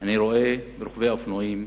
אני רואה ברוכבי האופנועים